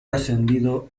ascendido